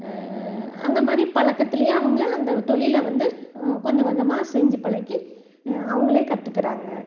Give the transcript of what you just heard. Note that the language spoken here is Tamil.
அந்த மாதிரி பழக்கத்துலையே அவங்க அந்த ஒரு தொழில வந்து கொஞ்சம் கொஞ்சமாக செஞ்சு பழகி அவங்களே கற்றுக்கறாங்க